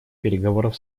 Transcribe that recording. переговоров